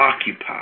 occupied